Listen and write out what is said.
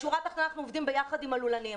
בשורה התחתונה, אנחנו עובדים יחד עם הלולנים.